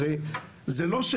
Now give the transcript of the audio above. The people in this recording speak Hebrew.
הרי זה לא,